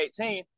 2018